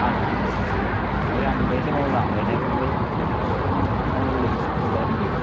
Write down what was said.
ആ ഒരു ഒരു അൻപതിൻ്റെ മുകളിലാണ് അൻപതിനായിരത്തിൻ്റെ മുകളിൽ എന്തായാലും വരും